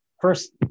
first